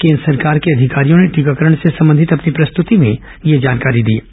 केन्द्र सरकार के अधिकारियों ने टीकाकरण से संबंधित अपनी प्रस्तति में यह जानकारी दी है